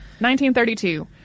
1932